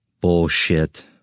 Bullshit